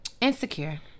insecure